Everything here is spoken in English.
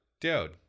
dude